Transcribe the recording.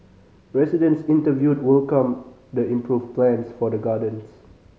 residents interviewed welcomed the improved plans for the gardens